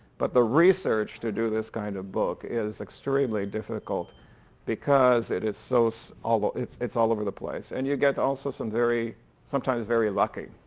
but the research to do this kind of book is extremely difficult because it is so, so ah it's it's all over the place. and you get also some very sometimes very lucky.